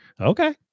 okay